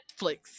Netflix